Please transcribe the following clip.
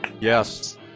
Yes